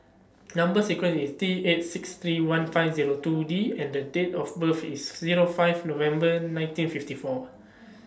Number sequence IS T eight six three one five Zero two D and Date of birth IS Zero five November nineteen fifty four